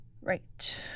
right